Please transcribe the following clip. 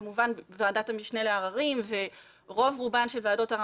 ועדת המשנה לעררים ורוב רובן של ועדות הערר